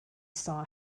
saw